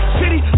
city